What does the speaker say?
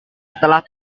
setelah